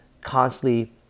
constantly